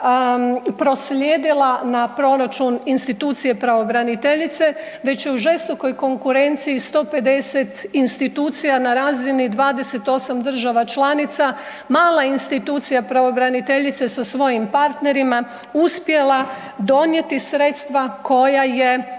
proslijedila na proračun institucije pravobraniteljice već je u žestokoj konkurenciji 150 institucija na razini 28 država članica mala institucija pravobraniteljice sa svojim partnerima uspjela donijeti sredstva koja je,